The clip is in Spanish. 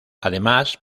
además